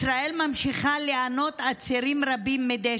ישראל ממשיכה לענות עצירים רבים מדי